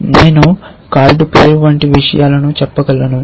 నేను కార్డు పేరు వంటి విషయాలు చెప్పగలను